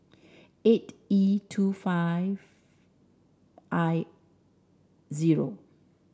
eight E two five I zero